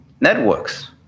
networks